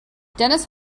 dennis